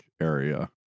area